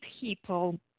people